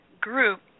group